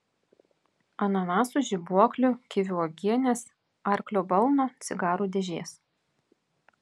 ananasų žibuoklių kivių uogienės arklio balno cigarų dėžės